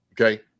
Okay